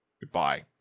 Goodbye